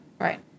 Right